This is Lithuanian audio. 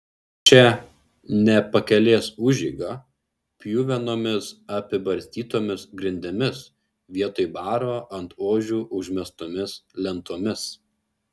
čia ne pakelės užeiga pjuvenomis apibarstytomis grindimis vietoj baro ant ožių užmestomis lentomis